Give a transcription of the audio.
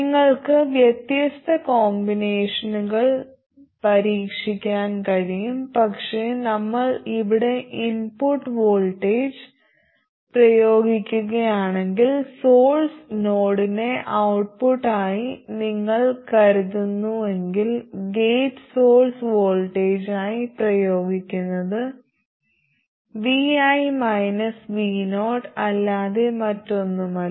നിങ്ങൾക്ക് വ്യത്യസ്ത കോമ്പിനേഷനുകൾ പരീക്ഷിക്കാൻ കഴിയും പക്ഷേ നമ്മൾ ഇവിടെ ഇൻപുട്ട് വോൾട്ടേജ് പ്രയോഗിക്കുകയാണെങ്കിൽ സോഴ്സ് നോഡിനെ ഔട്ട്പുട്ടായി നിങ്ങൾ കരുതുന്നുവെങ്കിൽ ഗേറ്റ് സോഴ്സ് വോൾട്ടേജായി പ്രയോഗിക്കുന്നത് vi vo അല്ലാതെ മറ്റൊന്നുമല്ല